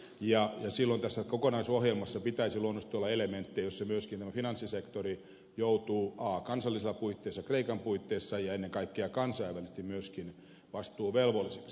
silloin tässä kokonaisohjelmassa pitäisi luonnollisesti olla elementtejä joissa myöskin tämä finanssissektori joutuu kansallisissa puitteissa kreikan puitteissa ja ennen kaikkea kansainvälisesti myöskin vastuuvelvolliseksi